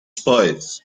spies